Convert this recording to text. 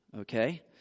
okay